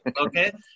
Okay